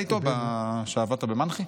עבדת איתו כשעבדת במנח"י?